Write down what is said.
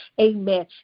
amen